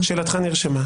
שאלתך, נרשמה.